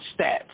stats